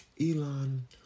Elon